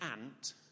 ant